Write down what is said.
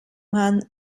man